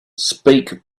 speak